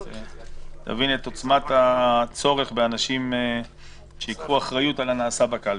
אז תבין את עוצמת הצורך באנשים שייקחו אחריות על הנעשה בקלפי.